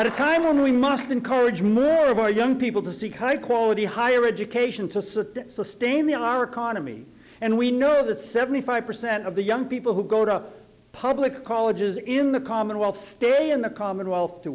at a time when we must encourage more of our young people to seek high quality higher education to sustain the our economy and we know that seventy five percent of the young people who go to public colleges in the commonwealth stay in the commonwealth to